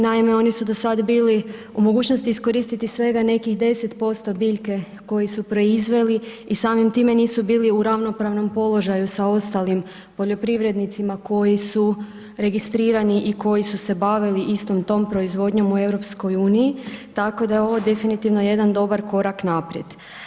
Naime, oni su do sad bili u mogućnosti iskoristiti svega nekih 10% biljke koju su proizveli i samim time nisu bili u ravnopravnom položaju sa ostalim poljoprivrednicima koji su registrirani i koji su se bavili istom tom proizvodnjom u EU, tako da je ovo definitivno jedan dobar korak naprijed.